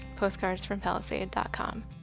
postcardsfrompalisade.com